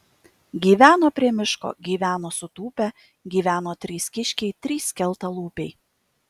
gyveno prie miško gyveno sutūpę gyveno trys kiškiai trys skeltalūpiai